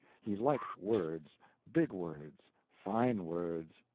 he liked words big words, fine words,